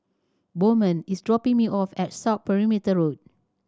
Bowman is dropping me off at South Perimeter Road